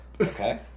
okay